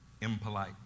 impolite